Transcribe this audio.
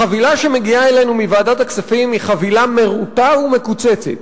החבילה שמגיעה אלינו מוועדת הכספים היא חבילה מרוטה ומקוצצת.